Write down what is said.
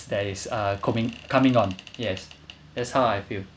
there is a coming coming on yes that's how I feel